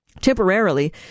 temporarily